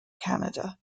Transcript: canada